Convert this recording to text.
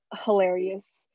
hilarious